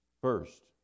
first